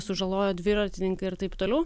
sužalojo dviratininką ir taip toliau